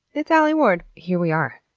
it's alie ward. here we are!